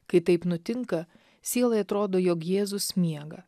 kai taip nutinka sielai atrodo jog jėzus miega